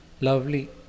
lovely